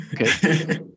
Okay